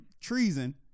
treason